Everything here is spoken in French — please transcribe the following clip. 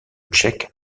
tchèque